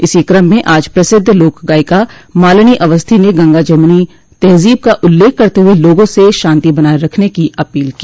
इसी कम में आज प्रसिद्ध लोकगायिका मालिनी अवस्थी ने गंगा जमुनी तहज़ीब का उल्लेख करते हुए लोगों से शांति बनाये रखने की अपील की